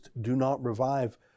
do-not-revive